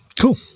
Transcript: cool